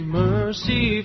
mercy